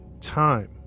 time